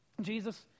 Jesus